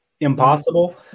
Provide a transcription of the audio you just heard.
impossible